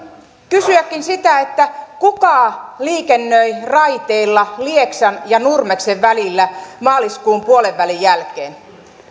kysyäkin sitä kuka liikennöi raiteilla lieksan ja nurmeksen välillä maaliskuun puolenvälin jälkeen